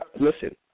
Listen